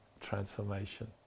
transformation